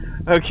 Okay